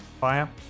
Fire